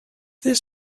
this